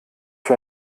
für